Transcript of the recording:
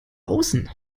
außen